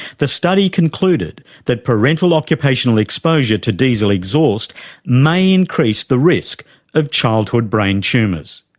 the study concluded that parental occupational exposure to diesel exhaust may increase the risk of childhood brain tumours.